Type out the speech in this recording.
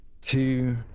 two